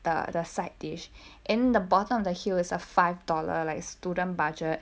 the the side dish in the bottom of the hill is a five dollar like student budget